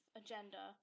agenda